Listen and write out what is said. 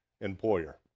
employer